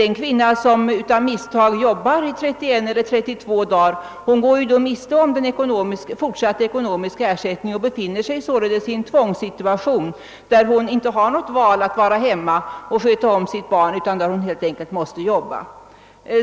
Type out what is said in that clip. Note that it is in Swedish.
Den kvinna som arbetar 31 eller 32 dagar går miste om ekonomisk ersättning i fortsättningen och hamnar alltså i den situationen att hon inte kan välja att stanna hemma och sköta om sitt barn utan helt enkelt måste börja arbeta.